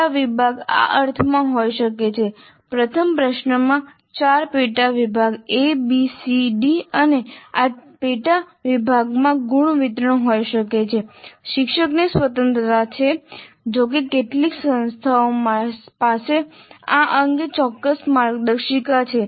પેટા વિભાગ આ અર્થમાં હોઈ શકે છે કે પ્રથમ પ્રશ્નમાં ચાર પેટા વિભાગ a b c d અને આ ચાર પેટા વિભાગમાં ગુણ વિતરણ હોઈ શકે છે શિક્ષકને સ્વતંત્રતા છે જોકે કેટલીક સંસ્થાઓ પાસે આ અંગે ચોક્કસ માર્ગદર્શિકા છે